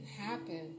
happen